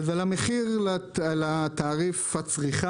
המחיר לתעריף הצריכה,